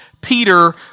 Peter